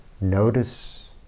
notice